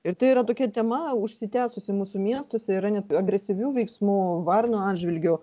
ir tai yra tokia tema užsitęsusi mūsų miestuose yra net agresyvių veiksmų varnų atžvilgiu